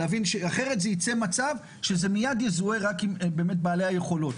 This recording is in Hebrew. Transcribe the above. אחרת ייצא מצב שזה יזוהה מיד רק עם בעלי היכולות.